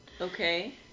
Okay